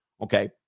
Okay